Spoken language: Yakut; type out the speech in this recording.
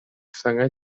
саҥа